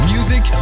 Music